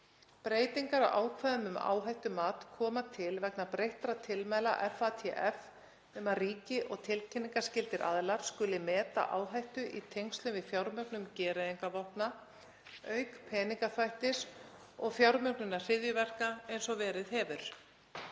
Breytingar á ákvæðum um áhættumat koma til vegna breyttra tilmæla FATF um að ríki og tilkynningarskyldir aðilar skuli meta áhættu í tengslum við fjármögnun gereyðingarvopna, auk peningaþvættis og fjármögnunar hryðjuverka eins og verið hefur.